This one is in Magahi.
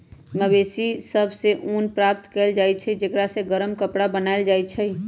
मवेशि सभ से ऊन प्राप्त कएल जाइ छइ जेकरा से गरम कपरा बनाएल जाइ छइ